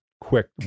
Quick